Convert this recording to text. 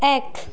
এক